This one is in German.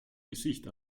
gesicht